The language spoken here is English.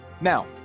Now